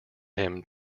him